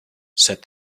said